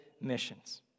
missions